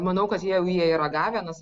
manau kad jie jau jie yra gavę nes